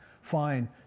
fine